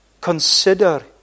Consider